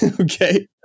Okay